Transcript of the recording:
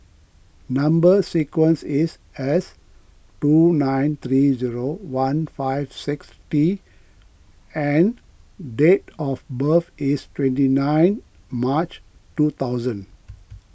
Number Sequence is S two nine three zero one five six T and date of birth is twenty nine March two thousand